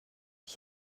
ich